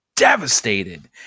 devastated